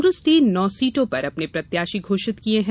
कांग्रेस ने नौ सीटों पर अपने प्रत्याशी घोषित कर दिए हैं